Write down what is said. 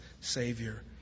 Savior